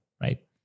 right